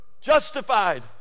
justified